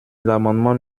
l’amendement